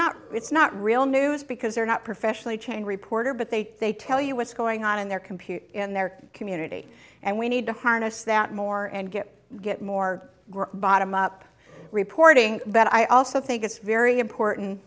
not it's not real news because they're not professionally chain reporter but they they tell you what's going on in their computer in their community and we need to harness that more and get get more bottom up reporting but i also think it's very important